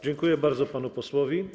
Dziękuję bardzo panu posłowi.